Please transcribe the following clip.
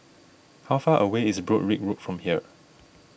how far away is Broadrick Road from here